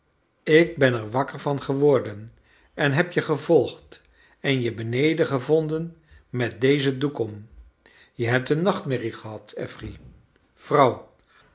ik ben er wakker van geworden en heb je gevolgd en je beneden gevonden met dezen doek om je hebt een nachtmerrie gehad af j fery vrouw